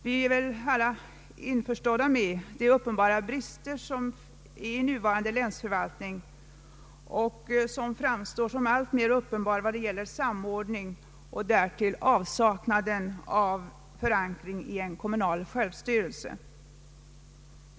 Vi är alla medvetna om att det finns uppenbara brister i nuvarande länsförvaltning både vad gäller samordning och avsaknad av förankring i en kommunal självstyrelse.